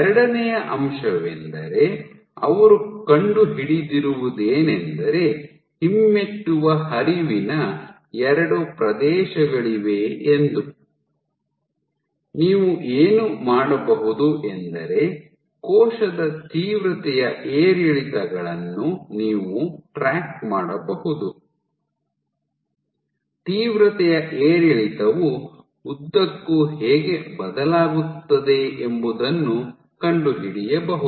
ಎರಡನೆಯ ಅಂಶವೆಂದರೆ ಅವರು ಕಂಡು ಹಿಡಿದಿರುವುದೇನೆಂದರೆ ಹಿಮ್ಮೆಟ್ಟುವ ಹರಿವಿನ ಎರಡು ಪ್ರದೇಶಗಳಿವೆ ಎಂದು ನೀವು ಏನು ಮಾಡಬಹುದು ಎಂದರೆ ಕೋಶದ ತೀವ್ರತೆಯ ಏರಿಳಿತಗಳನ್ನು ನೀವು ಟ್ರ್ಯಾಕ್ ಮಾಡಬಹುದು ತೀವ್ರತೆಯ ಏರಿಳಿತವು ಉದ್ದಕ್ಕೂ ಹೇಗೆ ಬದಲಾಗುತ್ತದೆ ಎಂಬುದನ್ನು ಕಂಡುಹಿಡಿಯ ಬಹುದು